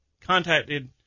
contacted